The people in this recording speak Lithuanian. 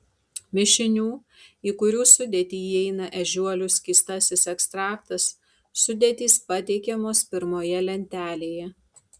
mišinių į kurių sudėtį įeina ežiuolių skystasis ekstraktas sudėtys pateikiamos pirmoje lentelėje